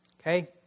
okay